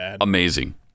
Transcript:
Amazing